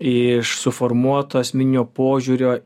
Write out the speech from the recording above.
iš suformuoto asmeninio požiūrio